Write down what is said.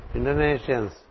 Indonesians